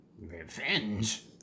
Revenge